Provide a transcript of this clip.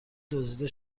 دزدیده